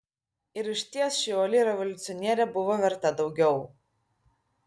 ir išties ši uoli revoliucionierė buvo verta daugiau